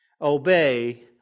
obey